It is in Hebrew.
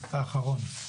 אתה אחרון.